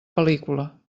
pel·lícula